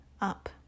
up